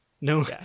No